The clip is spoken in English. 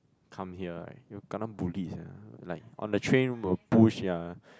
come here right you will kena bullied sia like on the train will push ya